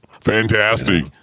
Fantastic